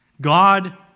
God